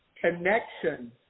connection